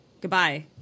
Goodbye